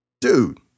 Dude